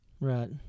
Right